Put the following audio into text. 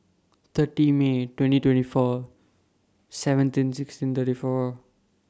thirty May twenty twenty four seventeen sixteen thirty four